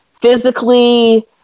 physically